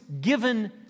given